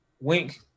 Wink